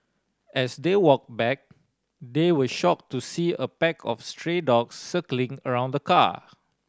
as they walked back they were shocked to see a pack of stray dogs circling around the car